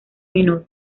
menor